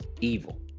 evil